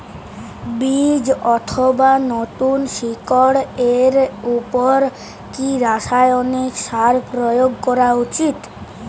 বীজ অথবা নতুন শিকড় এর উপর কি রাসায়ানিক সার প্রয়োগ করা উচিৎ?